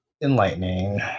enlightening